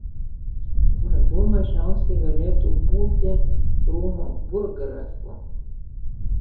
mažų mažiausiai galėtų būti rūmų burggrafu